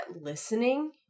listening